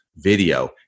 Video